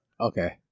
Okay